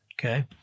Okay